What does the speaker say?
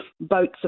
boats